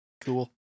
Cool